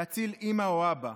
להציל אימא או אבא.